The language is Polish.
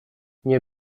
nie